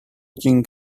king